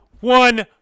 one